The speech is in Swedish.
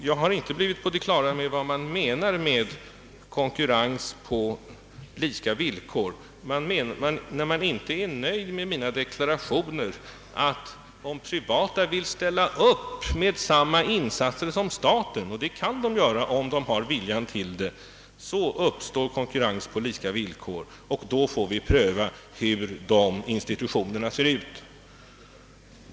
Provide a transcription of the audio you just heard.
Jag har inte blivit på det klara med vad man menar med »konkurrens på lika villkor», när man inte nöjer sig med att jag deklarerar att om privata intressen vill ställa upp med samma insatser som staten, något de kan göra om de har vilja därtill, så uppstår konkurrens på lika villkor, och vi får pröva hur dessa institutioner ser ut.